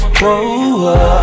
whoa